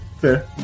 Fair